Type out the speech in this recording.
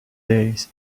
days